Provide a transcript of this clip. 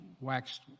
waxed